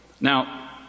Now